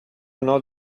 not